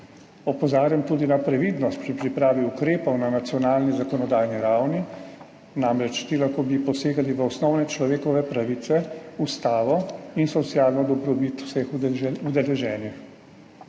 Opozarjam tudi na previdnost pri pripravi ukrepov na nacionalni zakonodajni ravni, namreč, ti bi lahko posegali v osnovne človekove pravice, ustavo in socialno dobrobit vseh udeleženih.